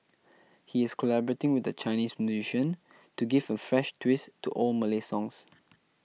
he is collaborating with a Chinese musician to give a fresh twist to old Malay songs